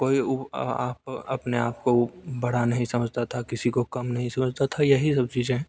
कोई वो आप अपने आप को वो बड़ा नहीं समझता था किसी को कम नहीं समझता था यही सब चीजे हैं